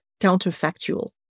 counterfactual